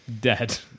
dead